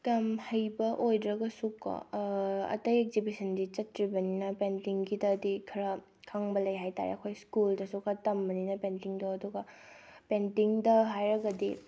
ꯀꯌꯥꯝ ꯍꯩꯕ ꯑꯣꯏꯗ꯭ꯔꯒꯁꯨ ꯀꯣ ꯑꯇꯩ ꯑꯦꯛꯖꯤꯕꯤꯁꯟꯗꯤ ꯆꯠꯇ꯭ꯔꯤꯕꯅꯤꯅ ꯄꯦꯟꯇꯤꯡꯒꯤꯗꯗꯤ ꯈꯔ ꯈꯪꯕ ꯂꯩ ꯍꯥꯏ ꯇꯥꯔꯦ ꯑꯩꯈꯣꯏ ꯁ꯭ꯀꯨꯜꯗꯁꯨ ꯈꯔ ꯇꯝꯕꯅꯤꯅ ꯄꯦꯟꯇꯤꯡꯗꯣ ꯑꯗꯨꯒ ꯄꯦꯟꯇꯤꯡꯗ ꯍꯥꯏꯔꯒꯗꯤ